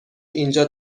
اینجا